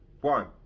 One